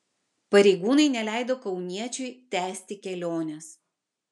pareigūnai neleido kauniečiui tęsti kelionės